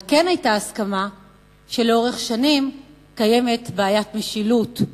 אבל כן היתה הסכמה שלאורך שנים קיימת בעיית משילות,